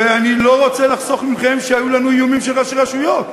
ואני לא רוצה לחסוך מכם שהיו לנו איומים של ראשי רשויות,